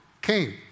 came